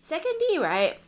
secondly right